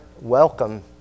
welcome